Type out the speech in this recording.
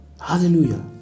Hallelujah